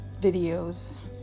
videos